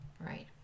Right